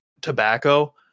tobacco